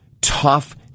tough